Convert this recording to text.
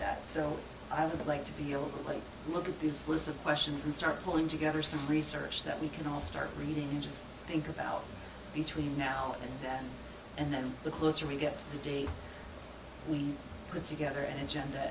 that so i would like to feel like look at this list of questions and start pulling together some research that we can all start reading just think about between now and then and then the closer we get to the day we put together an agenda